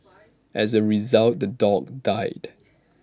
as A result the dog died